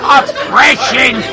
oppression